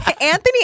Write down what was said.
Anthony